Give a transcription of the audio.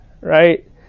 Right